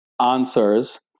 answers